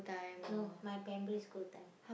no my primary school time